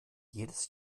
jedes